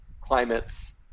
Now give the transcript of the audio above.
climates